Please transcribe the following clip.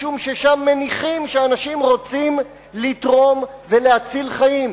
משום ששם מניחים שאנשים רוצים לתרום ולהציל חיים.